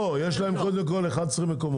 לא, קודם כל, יש להם 11 מקומות